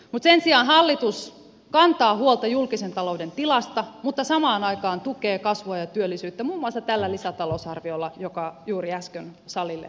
sen sijaan hallitus kantaa huolta julkisen talouden tilasta mutta samaan aikaan tukee kasvua ja työllisyyttä muun muassa tällä lisätalousarviolla joka juuri äsken salille esitettiin